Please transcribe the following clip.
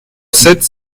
sept